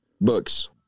books